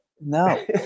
no